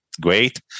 great